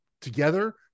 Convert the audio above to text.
together